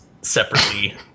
separately